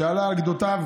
שעלה על גדותיו,